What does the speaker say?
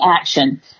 action